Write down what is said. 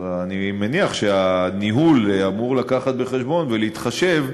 אני מניח שהניהול אמור לקחת בחשבון ולהתחשב